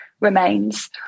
remains